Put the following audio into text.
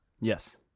Yes